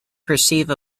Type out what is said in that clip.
perceive